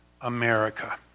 America